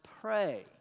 pray